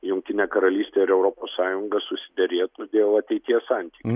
jungtinė karalystė ir europos sąjunga susiderėtų dėl ateities santykių